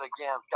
Again